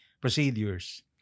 procedures